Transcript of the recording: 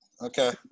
Okay